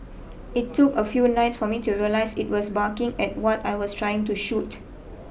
it took a few nights for me to realise it was barking at what I was trying to shoot